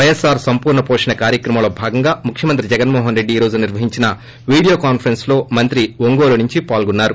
వైఎస్ఆర్ సంపూర్ణ వోషణ కార్యక్రమంలో భాగంగా ముఖ్యమంత్రి వైఎస్ జగన్మోహన్రెడ్లి ఈ రోజు నిర్వహించిన వీడియో కాన్సరెన్సలో మంత్రి ఒంగోలు నుంచి పాల్గొన్నారు